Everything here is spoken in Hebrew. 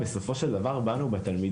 בסופו של דבר, זה פוגע בנו, בתלמידים.